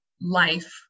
life